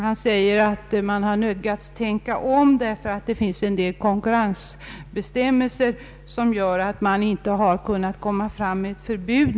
Han sade att man hade nödgats tänka om, därför att vissa konkurrensbestämmelser omöjliggör ett förbud.